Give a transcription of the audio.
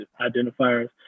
identifiers